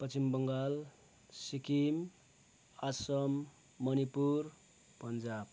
Paschim Bengal Sikkim Assam Manipur Punjab